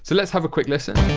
so let's have a quick listen.